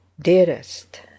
dearest